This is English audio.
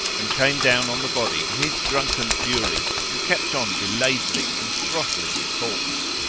and came down on the body in his drunken fury and kept on belabouring and throttling the corpse.